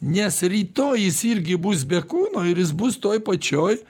nes rytoj jis irgi bus be kūno ir jis bus toj pačioj